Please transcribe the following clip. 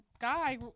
guy